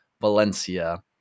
Valencia